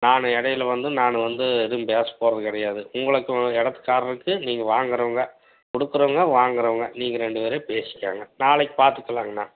நான் இடையில வந்து நான் வந்து எதுவும் பேசப் போகிறது கிடையாது உங்களுக்கும் இடத்துக்கார்ருக்கு நீங்கள் வாங்கறவங்க கொடுக்குறவுங்க வாங்குறவங்க நீங்கள் ரெண்டு பேரே பேசிக்கோங்க நாளைக்கு பாத்துக்கலாங்கண்ணா